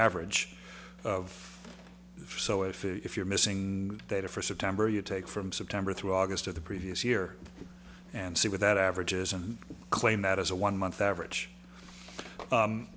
average of so if if you're missing data for september you take from september through august of the previous year and see with that averages and claim that as a one month average